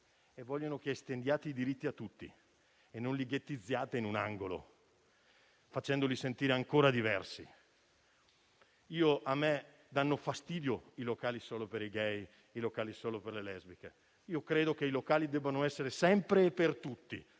economia, che estendiate i diritti a tutti e non li ghettizziate in un angolo, facendoli sentire ancora diversi. A me danno fastidio i locali solo per i *gay* o solo per le lesbiche. Io credo che i locali debbano essere sempre per tutti: